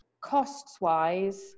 Costs-wise